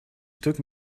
stuk